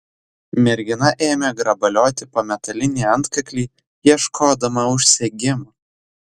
mergina ėmė grabalioti po metalinį antkaklį ieškodama užsegimo